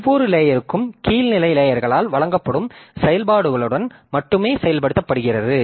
ஒவ்வொரு லேயர்க்கும் கீழ் நிலை லேயர்களால் வழங்கப்படும் செயல்பாடுகளுடன் மட்டுமே செயல்படுத்தப்படுகிறது